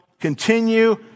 continue